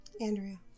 Andrea